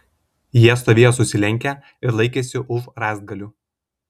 jie stovėjo susilenkę ir laikėsi už rąstgalių